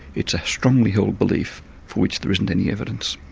it's a strongly held belief for which there isn't any evidence